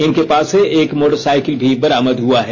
इनके पास से एक मोटरसाईकिल भी बरामद हुआ है